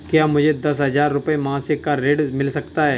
क्या मुझे दस हजार रुपये मासिक का ऋण मिल सकता है?